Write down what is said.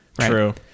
True